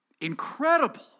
Incredible